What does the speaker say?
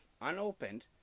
unopened